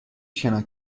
شنا